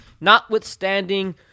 Notwithstanding